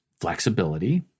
flexibility